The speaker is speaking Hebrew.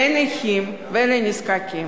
לנכים ולנזקקים.